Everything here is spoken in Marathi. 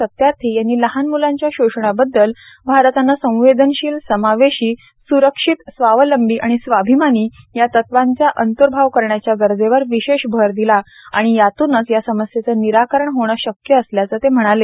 सत्यार्थी यांनी लहान म्लांच्या शोषणाबद्दल भारतान संवेदनशील सामावेशी स्रक्षित स्वावलंबी आणि स्वाभिमानी या तत्वांच्या अंतर्भाव करण गरजेच असल्यावर विशेष भर दिला आणि यातूनच या समस्येच निराकरण होण शक्य असल्याच ते म्हणाले